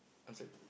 I'm sorry